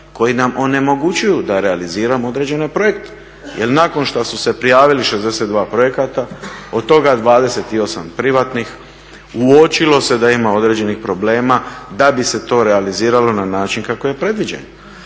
koji nam onemogućuju da realiziramo određene projekte. Jer nakon što su se prijavili 62 projekta, od toga 28 privatnih, uočilo se da ima određenih problema da bi se to realiziralo na način kako je predviđen.